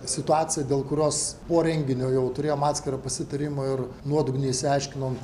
situaciją dėl kurios po renginio jau turėjom atskirą pasitarimą ir nuodugniai išsiaiškinom